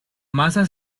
masa